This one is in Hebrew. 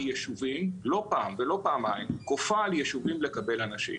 יישובים לא פעם ולא פעמיים לקבל אנשים.